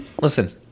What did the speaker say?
Listen